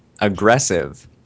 aggressive